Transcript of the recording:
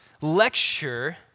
lecture